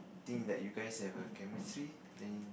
think that you guys have a chemistry then